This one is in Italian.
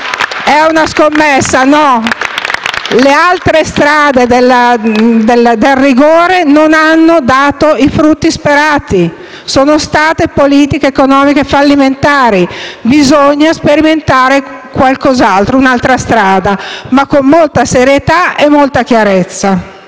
È una scommessa? No. Le altre strade del rigore non hanno dato i frutti sperati; sono state politiche economiche fallimentari. Bisogna sperimentare un'altra strada, ma con molta serietà e altrettanta chiarezza.